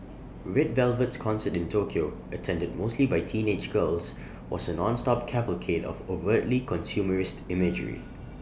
red Velvet's concert in Tokyo attended mostly by teenage girls was A nonstop cavalcade of overtly consumerist imagery